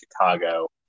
Chicago